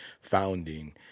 founding